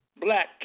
black